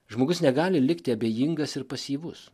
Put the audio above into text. žmogus negali likti abejingas ir pasyvus